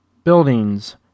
Buildings